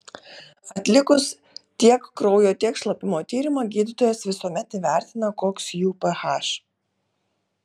atlikus tiek kraujo tiek šlapimo tyrimą gydytojas visuomet įvertina koks jų ph